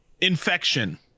Infection